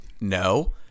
No